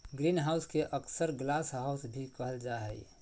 greenhouse के अक्सर glasshouse भी कहल जा हइ